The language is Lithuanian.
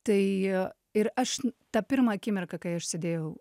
tai ir aš tą pirmą akimirką kai aš sėdėjau